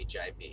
HIV